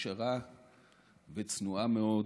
ישרה וצנועה מאוד.